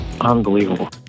unbelievable